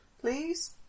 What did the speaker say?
please